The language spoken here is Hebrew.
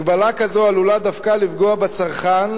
הגבלה כזאת עלולה דווקא לפגוע בצרכן,